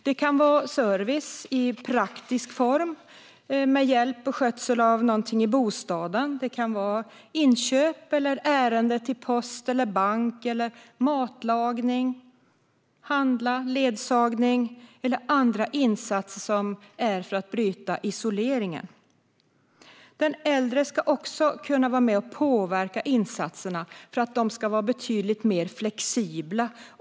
Det kan vara service i form av praktisk hjälp med skötsel av bostaden. Det kan vara inköp eller ärenden till post eller bank, eller hjälp med matlagning. Det kan handla om ledsagning eller andra insatser för att bryta isoleringen. Den äldre ska också kunna vara med och påverka insatserna så att de blir betydligt mer flexibla.